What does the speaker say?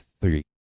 three